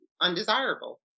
undesirable